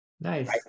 Nice